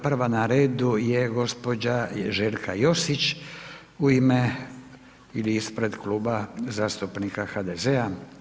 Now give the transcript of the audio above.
Prva na redu je gospođa Željka Josić u ime ili ispred Kluba zastupnika HDZ-a.